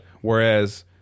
Whereas